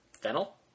Fennel